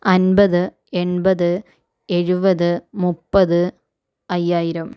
അൻപത് എൺപത് എഴുപത് മുപ്പത് അയ്യായിരം